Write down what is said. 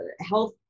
health